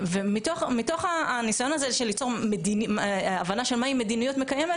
מתוך הניסיון הזה של ליצור הבנה של מהי מדיניות מקיימת,